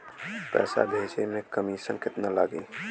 पैसा भेजे में कमिशन केतना लागि?